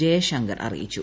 ജയശങ്കർ അറിയിച്ചു